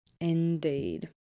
Indeed